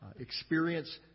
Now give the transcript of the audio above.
experience